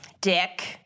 Dick